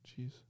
Jeez